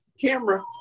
camera